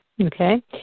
Okay